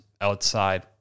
outside